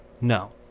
no